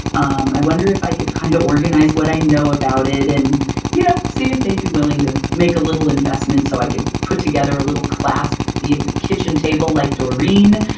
um i wonder if i could kind of organize what i know about it and you know see if they'd be willing to make a little investment so i can put together a little class. it could be at your kitchen table like doreen,